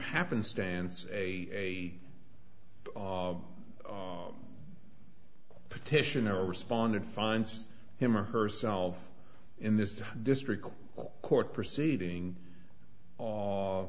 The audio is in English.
happenstance a petition or responded finds him or herself in this district court proceeding